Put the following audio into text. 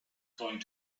going